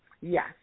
Yes